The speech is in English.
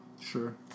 Sure